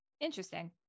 Interesting